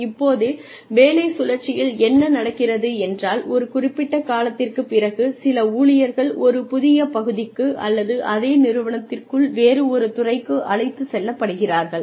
இப்போது வேலை சுழற்சியில் என்ன நடக்கிறது என்றால் ஒரு குறிப்பிட்ட காலத்திற்குப் பிறகு சில ஊழியர்கள் ஒரு புதிய பகுதிக்கு அல்லது அதே நிறுவனத்திற்குள் வேறு ஒரு துறைக்கு அழைத்து செல்லப்படுகிறார்கள்